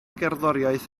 gerddoriaeth